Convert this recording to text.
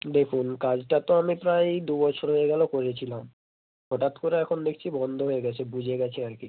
দেখুন কাজটা তো আমি প্রায় দু বছর হয়ে গেলো করেছিলাম হঠাৎ করে এখন দেখছি বন্ধ হয়ে গেছে বুজে গেছে আর কি